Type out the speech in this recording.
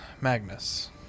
Magnus